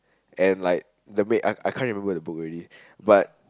and like the way I can't remember the book already but